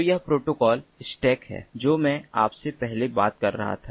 तो यह protocol stack है जो मैं आपसे पहले बात कर रहा था